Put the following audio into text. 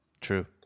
True